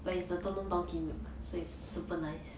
but it's the don don donki milk